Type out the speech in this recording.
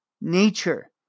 nature